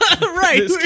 right